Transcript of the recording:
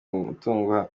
mutungo